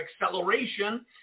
acceleration